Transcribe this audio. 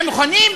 אתם מוכנים?